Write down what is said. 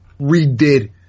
redid